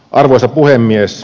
arvoisa puhemies